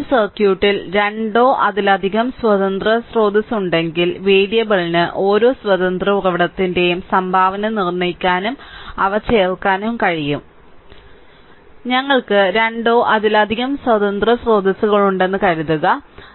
ഒരു സർക്യൂട്ടിന് രണ്ടോ അതിലധികമോ സ്വതന്ത്ര സ്രോതസ്സുകളുണ്ടെങ്കിൽ വേരിയബിളിന് ഓരോ സ്വതന്ത്ര ഉറവിടത്തിന്റെയും സംഭാവന നിർണ്ണയിക്കാനും അവ ചേർക്കാനും കഴിയും ഞങ്ങൾക്ക് രണ്ടോ അതിലധികമോ സ്വതന്ത്ര സ്രോതസ്സുകളുണ്ടെന്ന് കരുതുക